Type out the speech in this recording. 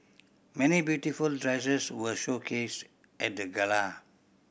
many beautiful dresses were showcased at the gala